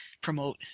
promote